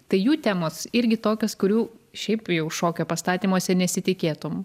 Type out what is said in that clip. tai jų temos irgi tokios kurių šiaip jau šokio pastatymuose nesitikėtum